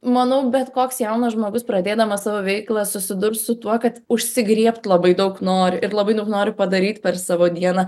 manau bet koks jaunas žmogus pradėdamas savo veiklą susidurs su tuo kad užsigriebt labai daug nori ir labai daug nori padaryt per savo dieną